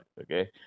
Okay